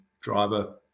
driver